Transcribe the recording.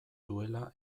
duela